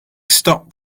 stopped